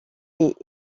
est